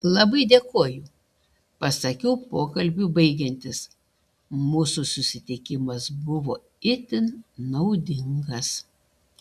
labai dėkoju pasakiau pokalbiui baigiantis mūsų susitikimas buvo itin naudingas